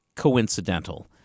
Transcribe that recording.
Coincidental